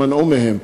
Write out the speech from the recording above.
מנעו מהם.